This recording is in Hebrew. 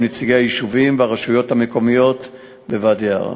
עם נציגי היישובים והרשויות המקומיות בוואדי-עארה.